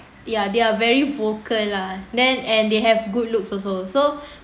ya they are very vocal lah then and they have good looks also so